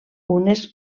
unes